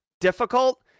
difficult